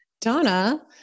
Donna